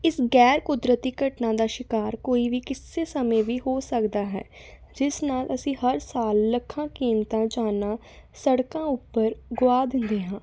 ਇਸ ਗੈਰ ਕੁਦਰਤੀ ਘਟਨਾ ਦਾ ਸ਼ਿਕਾਰ ਕੋਈ ਵੀ ਕਿਸੇ ਸਮੇਂ ਵੀ ਹੋ ਸਕਦਾ ਹੈ ਜਿਸ ਨਾਲ ਅਸੀਂ ਹਰ ਸਾਲ ਲੱਖਾਂ ਕੀਮਤਾਂ ਜਾਨਾਂ ਸੜਕਾਂ ਉੱਪਰ ਗਵਾ ਦਿੰਦੇ ਹਾਂ